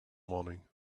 morning